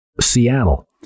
Seattle